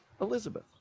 Elizabeth